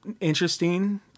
interesting